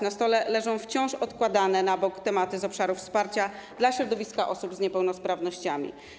Na stole leżą wciąż odkładane na bok tematy z obszaru wsparcia dla środowiska osób z niepełnosprawnościami.